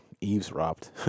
eavesdropped